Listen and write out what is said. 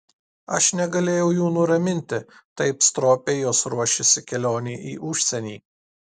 aš negalėjau jų nuraminti taip stropiai jos ruošėsi kelionei į užsienį